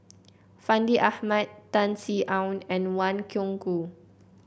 Fandi Ahmad Tan Sin Aun and Wang Gungwu